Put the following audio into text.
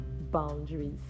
boundaries